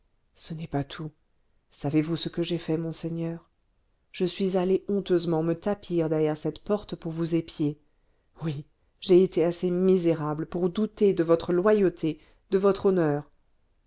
ce n'est pas tout savez-vous ce que j'ai fait monseigneur je suis allé honteusement me tapir derrière cette porte pour vous épier oui j'ai été assez misérable pour douter de votre loyauté de votre honneur